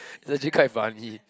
legit quite funny